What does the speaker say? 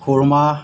খুৰ্মা